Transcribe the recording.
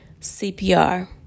CPR